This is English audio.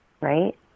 Right